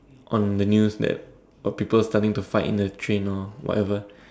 on the news that of people starting to fight in the train or whatever